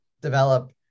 develop